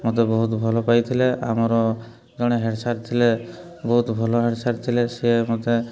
ମୋତେ ବହୁତ ଭଲ ପାଇଥିଲେ ଆମର ଜଣେ ହେଡ଼୍ ସାର୍ ଥିଲେ ବହୁତ ଭଲ ହେଡ଼୍ ସାର୍ ଥିଲେ ସିଏ ମୋତେ